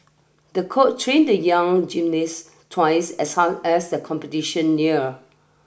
the coach trained the young gymnast twice as hard as the competition near